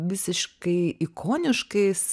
visiškai ikoniškais